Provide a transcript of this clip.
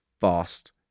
fast